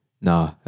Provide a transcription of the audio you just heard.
nah